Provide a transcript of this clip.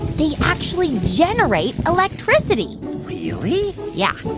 they actually generate electricity really? yeah.